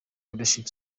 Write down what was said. leadership